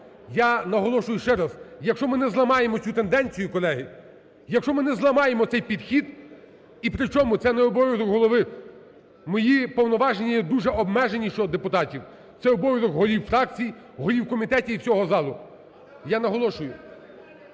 Я наголошую ще раз, якщо ми не зламаємо цю тенденцію, колеги, якщо ми не зламаємо цей підхід. І причому це не обов'язок Голови. Мої повноваження є дуже обмежені щодо депутатів. Це обов'язок голів фракцій, голів комітетів і всього залу. Я наголошую,